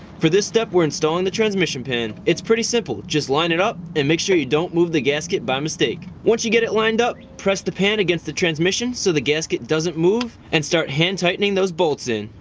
for this step we're installing the transmission pan. it's pretty simple just line it up and make sure you don't move the gasket by mistake. once you get it lined up, press the pan against the transmission so the gasket doesn't move, and start hand tightening those bolts in.